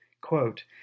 Quote